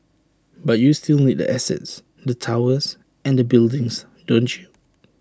but you still need the assets the towers and the buildings don't you